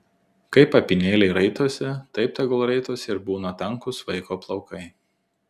kaip apynėliai raitosi taip tegul raitosi ir būna tankūs vaiko plaukai